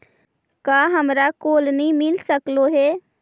का हमरा कोलनी मिल सकले हे?